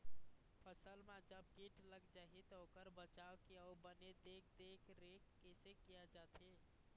फसल मा जब कीट लग जाही ता ओकर बचाव के अउ बने देख देख रेख कैसे किया जाथे?